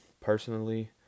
personally